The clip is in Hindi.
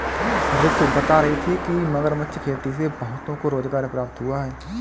रितु बता रही थी कि मगरमच्छ खेती से बहुतों को रोजगार प्राप्त हुआ है